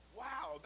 wow